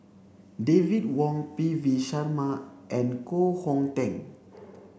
David Wong P V Sharma and Koh Hong Teng